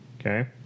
okay